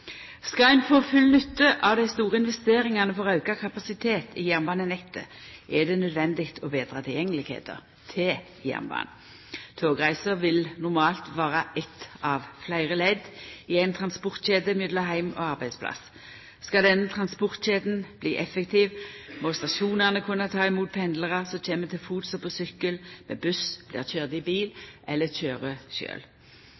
Skal ein få full nytte av dei store investeringane for auka kapasitet i jernbanenettet, er det nødvendig å betra tilgjengelegheita til jernbanen. Togreisa vil normalt vera eitt av fleire ledd i ei transportkjede mellom heim og arbeidsplass. Skal denne transportkjeda bli effektiv, må stasjonane kunna ta imot pendlarar som kjem til fots og på sykkel, med buss, blir køyrde i